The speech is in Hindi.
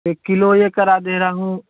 एक किलो यह करा दे रहा हूँ